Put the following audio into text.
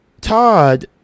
Todd